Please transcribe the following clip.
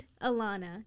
Alana